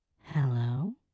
hello